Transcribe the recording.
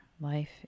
Life